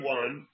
one